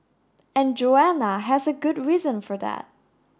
and Joanna has a good reason for that